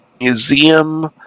museum